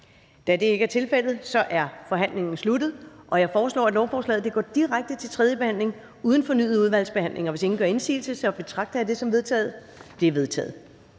Da det ikke er tilfældet, er forhandlingen sluttet. Jeg foreslår, at lovforslaget går direkte til tredje behandling uden fornyet udvalgsbehandling. Hvis ingen gør indsigelse, betragter jeg det som vedtaget. Det er vedtaget.